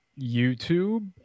youtube